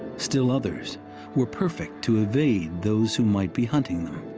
still others were perfect to evade those who might be hunting them.